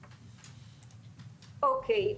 אוקיי.